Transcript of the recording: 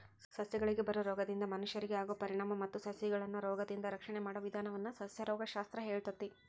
ಸಸಿಗಳಿಗೆ ಬರೋ ರೋಗದಿಂದ ಮನಷ್ಯರಿಗೆ ಆಗೋ ಪರಿಣಾಮ ಮತ್ತ ಸಸಿಗಳನ್ನರೋಗದಿಂದ ರಕ್ಷಣೆ ಮಾಡೋ ವಿದಾನವನ್ನ ಸಸ್ಯರೋಗ ಶಾಸ್ತ್ರ ಹೇಳ್ತೇತಿ